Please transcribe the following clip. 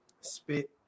spit